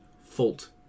fault